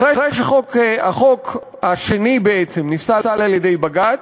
אחרי שהחוק השני בעצם נפסל על-ידי בג"ץ,